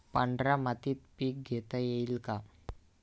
पांढऱ्या मातीत पीक घेता येईल का?